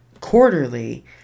quarterly